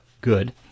good